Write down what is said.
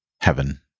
heaven